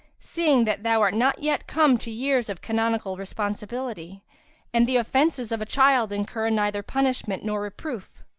seeing that thou art not yet come to years of canonical responsibility and the offences of a child incur neither punishment nor reproof?